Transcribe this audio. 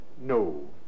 no